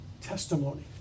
testimony